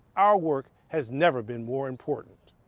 our work has never been more important.